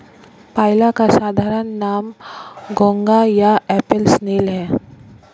पाइला का साधारण नाम घोंघा या एप्पल स्नेल है